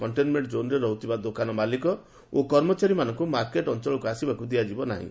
containment ଜୋନ୍ରେ ରହୁଥିବା ଦୋକାନ ମାଲିକ ଓ କର୍ମଚାରୀମାନଙ୍କୁ ମାର୍କେଟ୍ ଅଞ୍ଚଳକୁ ଆସିବାକୁ ଦିଆଯିବ ନାହିଁ